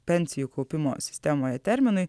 pensijų kaupimo sistemoje terminui